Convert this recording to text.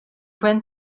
went